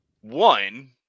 one